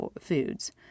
foods